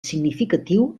significatiu